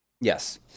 Yes